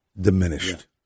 diminished